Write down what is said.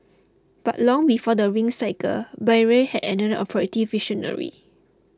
but long before the Ring Cycle Bayreuth had another operatic visionary